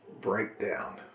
breakdown